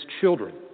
children